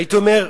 הייתי אומר,